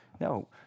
No